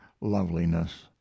loveliness